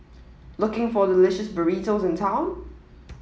looking for delicious burritos in town